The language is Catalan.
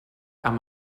amb